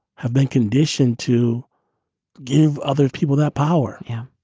have been conditioned to give other people that power. yeah